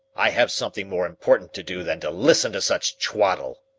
i have something more important to do than to listen to such twaddle.